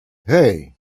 hey